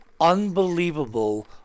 unbelievable